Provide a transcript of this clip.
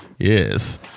Yes